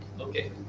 Okay